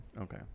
Okay